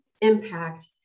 impact